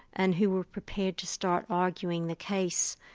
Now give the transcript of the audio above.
and who were prepared to start arguing the case,